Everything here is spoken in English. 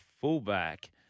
fullback